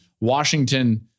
Washington